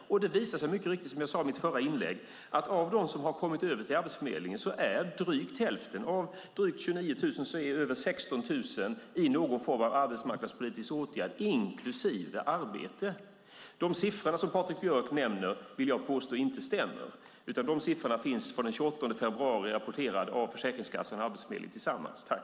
Som jag sade i mitt förra inlägg visar det sig att av dem som har kommit över till Arbetsförmedlingen är över 16 000 av drygt 29 000 i någon form av arbetsmarknadspolitisk åtgärd inklusive arbete. Jag vill påstå att de siffror som Patrik Björck nämner inte stämmer, utan Försäkringskassan och Arbetsförmedlingen har tillsammans rapporterat dessa siffror den 28 februari.